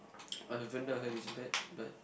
uh lavender I heard it's bad but